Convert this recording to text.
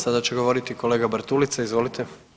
Sada će govoriti kolega Bartulica, izvolite.